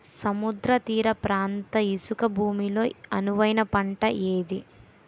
సముద్ర తీర ప్రాంత ఇసుక భూమి లో అనువైన పంట ఏది?